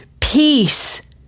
Peace